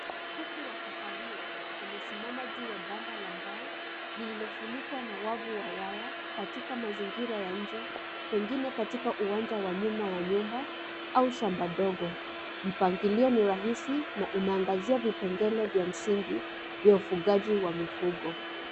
Kuku wa kahawia amesimama juu ya banda la mbao lililofunikwa na wavu wa waya katika mazingira ya nje, pengine katika uwanja wa nyuma ya nyumba au shamba ndogo. Mpangilio ni rahisi na unaangazia vipengele vya msingi vya ufugaji wa mifugo.